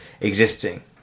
existing